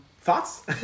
Thoughts